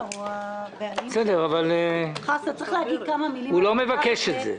אבל הוא לא מבקש את זה.